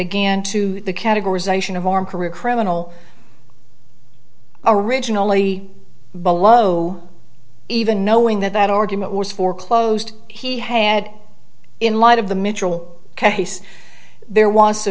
again to the categorization of our career criminal originally below even knowing that that argument was foreclosed he had in light of the mitchell case there wa